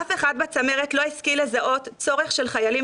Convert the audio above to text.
אף אחד בצמרת לא השכיל לזהות צורך של חיילים